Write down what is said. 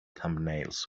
thumbnails